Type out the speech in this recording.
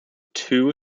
two